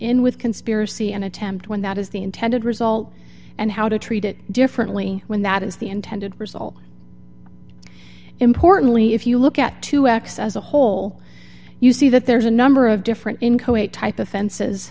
in with conspiracy and attempt when that is the intended result and how to treat it differently when that is the intended result importantly if you look at two acts as a whole you see that there's a number of different in kuwait type offenses